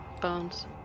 bones